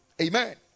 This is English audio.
Amen